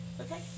Okay